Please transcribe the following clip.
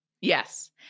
yes